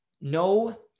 no